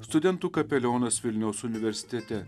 studentų kapelionas vilniaus universitete